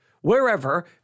wherever